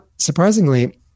surprisingly